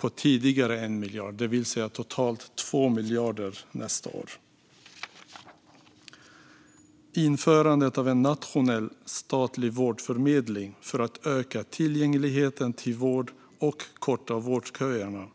den tidigare miljarden, det vill säga totalt 2 miljarder nästa år. Regeringen inför en nationell statlig vårdförmedling för att öka tillgängligheten till vård och korta vårdköerna.